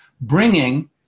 bringing